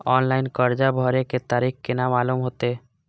Online कर्जा भरे के तारीख केना मालूम होते?